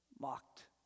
mocked